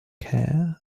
care